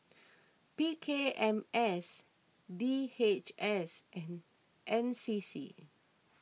P K M S D H S and N C C